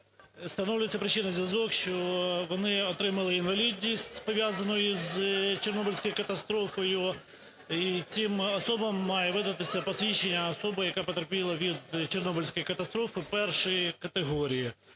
встановлюється причинний зв'язок, що вони отримали інвалідність, пов'язану із Чорнобильською катастрофою, і цим особам має видатися посвідчення особи, яка потерпіла від Чорнобильської катастрофи І категорії.